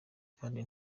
kandi